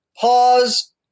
pause